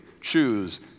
choose